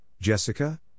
Jessica